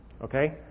Okay